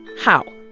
how?